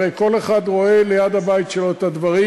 הרי כל אחד רואה ליד הבית שלו את הדברים.